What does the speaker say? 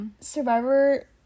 Survivor